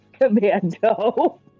Commando